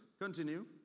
Continue